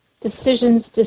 Decisions